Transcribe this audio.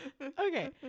Okay